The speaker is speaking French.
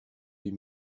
huit